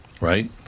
right